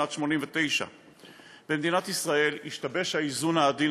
שנת 1989. במדינת ישראל השתבש האיזון העדין